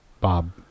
Bob